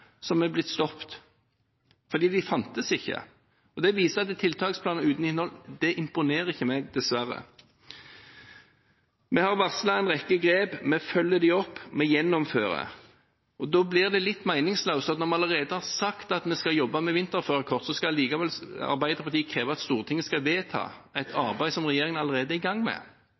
fantes ikke. Tiltaksplaner uten innhold imponerer ikke meg, dessverre. Vi har varslet en rekke grep, vi følger dem opp, vi gjennomfører. Da blir det litt meningsløst at når vi allerede har sagt at vi skal jobbe med vinterførerkort, så krever Arbeiderpartiet likevel at Stortinget skal vedta et arbeid som regjeringen allerede er i gang med.